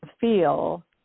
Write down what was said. feel